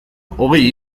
hogei